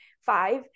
five